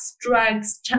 drugs